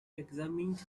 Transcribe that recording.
examined